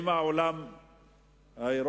עם העולם האירופי.